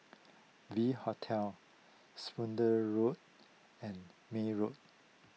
V Hotel Spooner Road and May Road